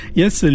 yes